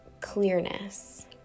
clearness